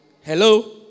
hello